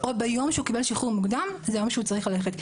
או ביום שהוא קיבל שחרור מוקדם זה היום שהוא צריך ללכת.